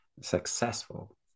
successful